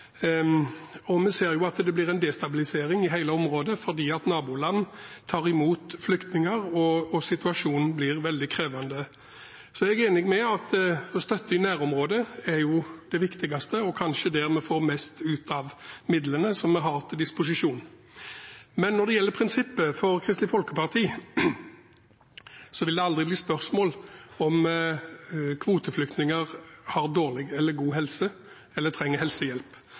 nå. Vi ser at det blir en destabilisering i hele området fordi naboland tar imot flyktninger, og situasjonen blir veldig krevende. Jeg er enig i at det å støtte i nærområdet er det viktigste, og det er kanskje der vi får mest ut av midlene som vi har til disposisjon. Men når det gjelder prinsippet, vil det for Kristelig Folkeparti aldri være spørsmål om kvoteflyktninger har dårlig eller god helse eller trenger helsehjelp.